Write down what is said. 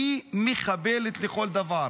היא מחבלת לכל דבר".